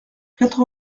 quatre